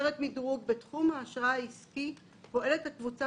אומרת "מדרוג": "בתחום האשראי העסקי פועלת הקבוצה